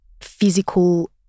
physical